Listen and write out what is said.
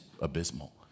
abysmal